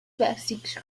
basic